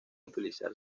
utilizar